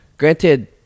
Granted